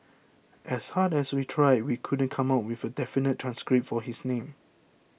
as hard as we tried we couldn't come up with a definitive transcript for his name